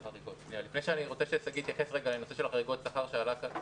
אני רוצה ששגיא יתייחס רגע לנושא של חריגות שכר שעלה כאן,